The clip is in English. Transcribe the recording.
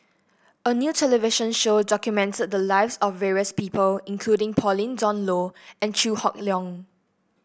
a new television show documented the lives of various people including Pauline Dawn Loh and Chew Hock Leong